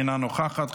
אינה נוכחת,